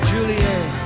Juliet